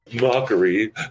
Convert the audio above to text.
mockery